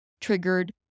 triggered